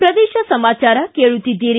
ಪ್ರದೇಶ ಸಮಾಚಾರ ಕೇಳುತ್ತಿದ್ದೀರಿ